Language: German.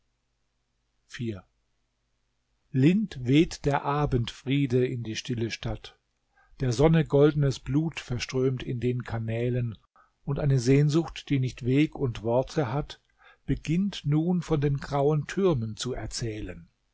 lind weht der abendfriede in die stille stadt der sonne goldnes blut verströmt in den kanälen und eine sehnsucht die nicht weg und worte hat beginnt nun von den grauen türmen zu erzählen